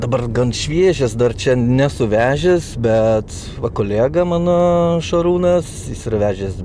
dabar gan šviežias dar čia nesu vežęs bet va kolega mano šarūnas ir vežęs